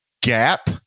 gap